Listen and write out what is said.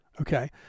okay